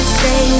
say